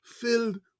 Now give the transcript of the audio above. filled